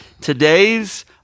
Today's